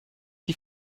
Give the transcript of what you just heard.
die